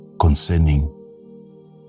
concerning